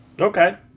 Okay